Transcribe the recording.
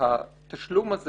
שהתשלום הזה